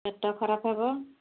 ପେଟ ଖରାପ ହେବ